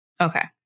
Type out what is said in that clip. Okay